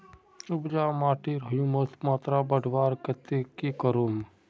उपजाऊ माटिर ह्यूमस मात्रा बढ़वार केते की करूम?